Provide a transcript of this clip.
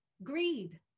Greed